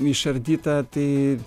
išardytą tai